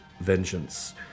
vengeance